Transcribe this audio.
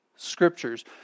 scriptures